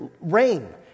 rain